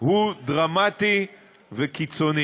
הוא דרמטי וקיצוני.